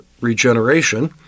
regeneration